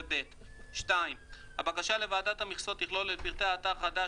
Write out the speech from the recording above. ו-(ב); הבקשה לוועדת המכסות תכלול את פרטי האתר החדש,